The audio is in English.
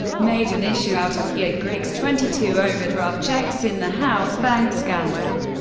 made an issue out of gingrich's twenty two overdraft checks in the house bank scandal,